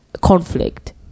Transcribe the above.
conflict